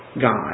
God